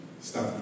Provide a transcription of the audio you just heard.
Stop